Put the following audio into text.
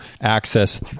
access